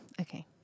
okay